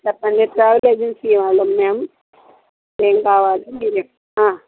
చెప్పండి travel agency వాళ్ళము మేము ఏమి కావాలి మీరు